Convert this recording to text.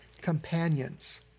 companions